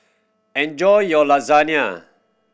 enjoy your Lasagne